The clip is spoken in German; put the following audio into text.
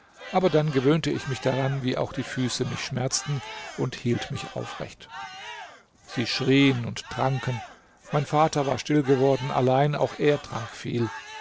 aber dann gewöhnte ich mich daran wie auch die füße mich schmerzten und hielt mich aufrecht sie schrien und tranken mein vater war still geworden allein auch er trank viel